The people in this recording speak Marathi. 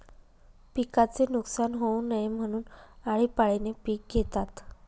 पिकाचे नुकसान होऊ नये म्हणून, आळीपाळीने पिक घेतात